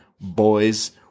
boys